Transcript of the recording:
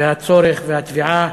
והצורך והתביעה